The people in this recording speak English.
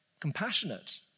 compassionate